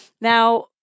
Now